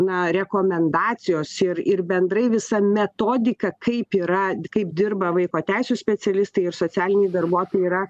na rekomendacijos ir ir bendrai visa metodika kaip yra kaip dirba vaiko teisių specialistai ir socialiniai darbuotojai yra